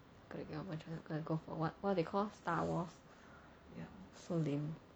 going to get all my choices got to go for what what they call it star wars so lame